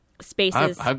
spaces